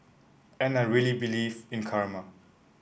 and I really believe in karma